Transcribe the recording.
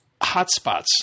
hotspots